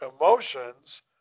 emotions